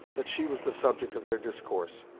that she was the subject of their discourse,